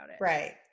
Right